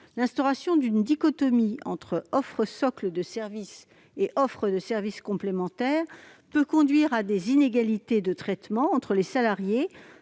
L'instauration d'une dichotomie entre offre socle de services et offre de services complémentaires peut conduire à des inégalités de traitement entre les salariés